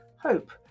hope